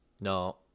No